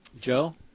Joe